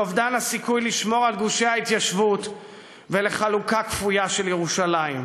לאובדן הסיכוי לשמור על גושי ההתיישבות ולחלוקה כפויה של ירושלים.